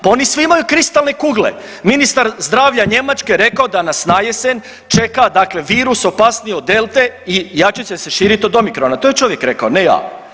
Pa oni svi imaju kristalne kugle, ministar zdravlja Njemačke je rekao da nas na jesen čeka dakle virus opasniji od delte i jače će se širit od omikrona, to je čovjek rekao, ne ja.